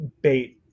bait